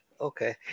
Okay